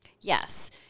Yes